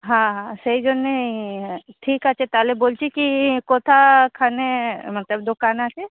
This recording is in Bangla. হ্যাঁ হ্যাঁ সেই জন্যেই ঠিক আছে তাহলে বলছি কি কোথা খানে মানে দোকান আছে